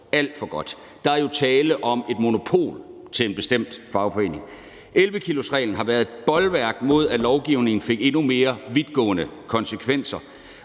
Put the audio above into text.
alt for godt. Der er jo tale om et monopol til en bestemt fagforening. 11-kilosreglen har været et bolværk mod, at lovgivningen fik endnu mere vidtgående konsekvenser,